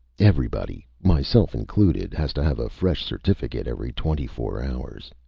everybody, myself included, has to have a fresh certificate every twenty-four hours.